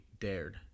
dared